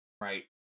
Right